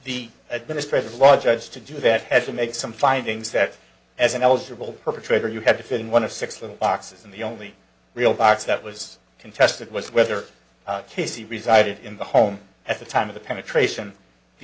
the administrative law judge to do that had to make some findings that as an eligible perpetrator you had to fit in one of six little boxes and the only real box that was contested was whether casey resided in the home at the time of the penetration the